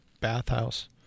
bathhouse